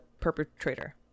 perpetrator